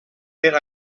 per